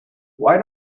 why